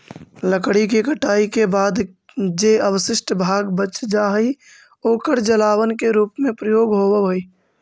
लकड़ी के कटाई के बाद जे अवशिष्ट भाग बच जा हई, ओकर जलावन के रूप में प्रयोग होवऽ हई